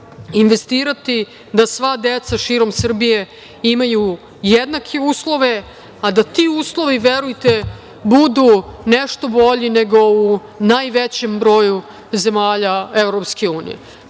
investirati da sva deca širom Srbije imaju jednake uslove, a da ti uslovi, verujte, budu nešto bolji nego u najvećem broju zemalja